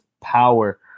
power